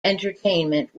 entertainment